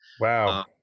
Wow